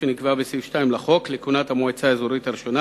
שנקבעה בסעיף 2 לחוק לכהונת המועצה האזורית הראשונה,